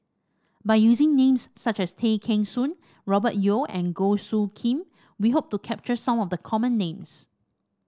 by using names such as Tay Kheng Soon Robert Yeo and Goh Soo Khim we hope to capture some of the common names